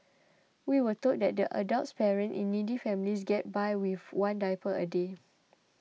we were told that the adult patients in needy families get by with one diaper a day